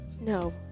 No